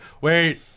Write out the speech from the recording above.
wait